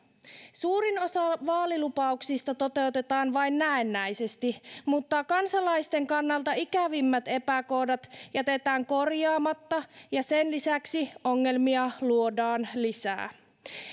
suurin osa vaalilupauksista toteutetaan vain näennäisesti mutta kansalaisten kannalta ikävimmät epäkohdat jätetään korjaamatta ja sen lisäksi ongelmia luodaan lisää